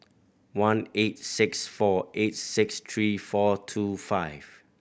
one eight six four eight six three four two five